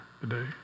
today